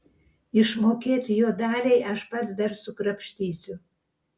išmokėt jo daliai aš pats dar sukrapštysiu